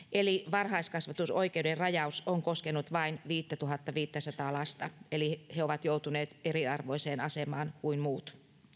varhaiskasvatusoikeuden rajaus on koskenut vain viittätuhattaviittäsataa lasta eli he ovat joutuneet eriarvoiseen asemaan kuin muut